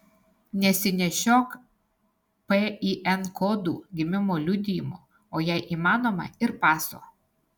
nesinešiok pin kodų gimimo liudijimo o jei įmanoma ir paso